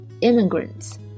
Immigrants